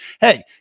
hey